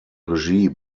regie